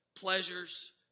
pleasures